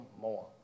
more